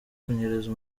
kunyereza